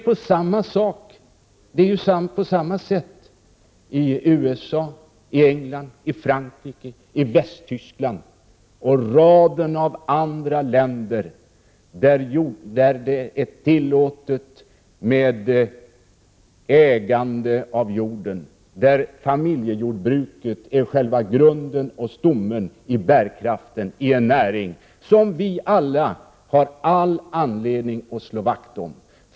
På samma sätt är det i USA, i England, i Frankrike, i Västtyskland och i en rad andra länder, där ägande av jorden är tillåtet och där familjejordbruket är själva stommen och bärkraften inom en näring som vi alla har all anledning att slå vakt om.